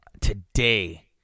today